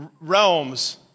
realms